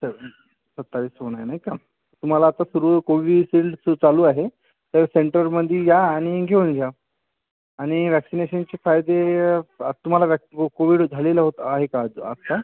तर सत्तावीस होणार नाही का तुम्हाला आता सुरु कोविशिल्ड जे चालू आहे तर सेन्टरमध्ये या आणि घेऊन जा आणि व्हॅक्सिनेशनचे फायदे तुम्हाला वॅक कोविड झालेला होता आहे का आत्ता